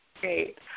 Great